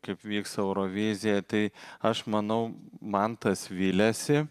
kaip vyks eurovizija tai aš manau mantas viliasi